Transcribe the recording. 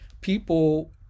people